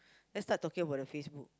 let's start talking about the Facebook